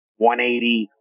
180